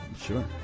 Sure